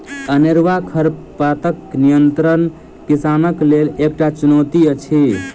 अनेरूआ खरपातक नियंत्रण किसानक लेल एकटा चुनौती अछि